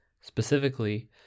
specifically